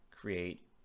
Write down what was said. create